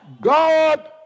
God